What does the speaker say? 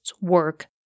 work